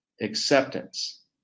acceptance